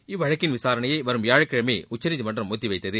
இவ்வழக்கின் விசாரணையை வரும் வியாழக்கிழமைக்கு உச்சநீதிமன்றம் ஒத்தி வைத்தது